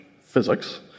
physics